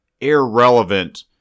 irrelevant